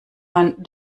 man